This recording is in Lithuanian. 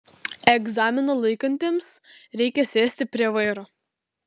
egzaminą laikantiems reikia sėsti prie vairo